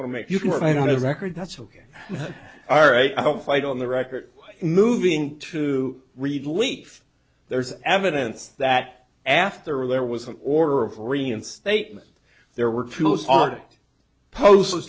want to make you can write on a record that's ok all right i don't fight on the record moving to read leaf there's evidence that after there was an order of reinstatement there were pills on it poses